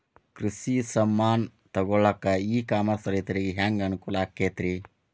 ಕೃಷಿ ಸಾಮಾನ್ ತಗೊಳಕ್ಕ ಇ ಕಾಮರ್ಸ್ ರೈತರಿಗೆ ಹ್ಯಾಂಗ್ ಅನುಕೂಲ ಆಕ್ಕೈತ್ರಿ?